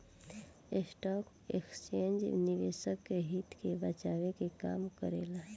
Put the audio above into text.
stock exchange निवेशक के हित के बचाये के काम करेला